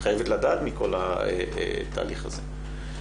היא חייבת לדעת מכל התהליך הזה.